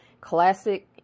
classic